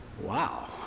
Wow